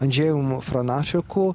andžejum franašeku